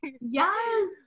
Yes